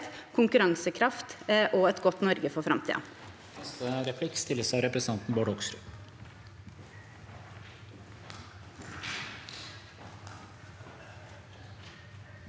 konkurransekraft og et godt Norge for framtiden.